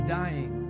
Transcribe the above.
dying